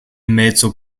mezzo